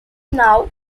now